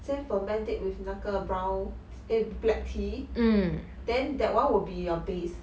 先 ferment it with 那个 brown eh black tea then that one will be your base